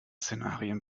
szenarien